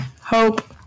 hope